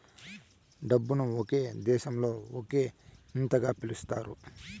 డబ్బును ఒక్కో దేశంలో ఒక్కో ఇదంగా పిలుత్తారు